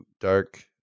dark